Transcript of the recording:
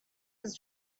his